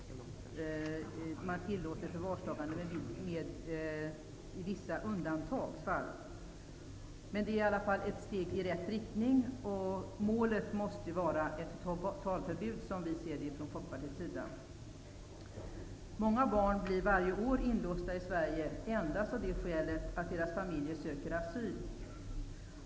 Man tillåter förvarstagande i vissa undantagsfall. Men det är i alla fall ett steg i rätt riktning. Målet, som Folkpartiet ser det, måste vara ett totalförbud. I Sverige blir många barn inlåsta varje år endast av det skälet att deras familjer söker asyl.